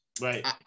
Right